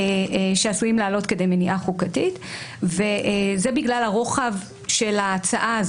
שעשויים לעלות כדי מניעה חוקתית וזה בגלל רוחב ההצעה.